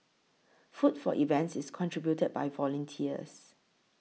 food for events is contributed by volunteers